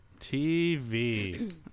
TV